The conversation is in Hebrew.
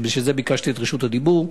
ובשביל זה ביקשתי את רשות הדיבור.